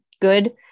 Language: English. good